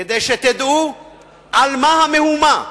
כדי שתדעו על מה המהומה,